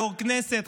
יו"ר כנסת,